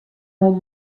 molt